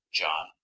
john